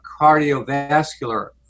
cardiovascular